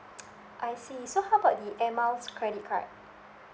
I see so how about the air miles credit card